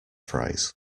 fries